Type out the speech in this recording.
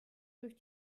durch